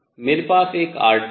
मेरे पास एक r2 हैं